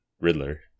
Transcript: Riddler